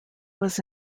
was